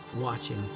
watching